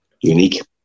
unique